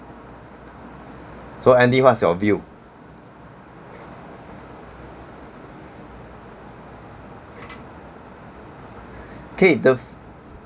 so andy what's your view K the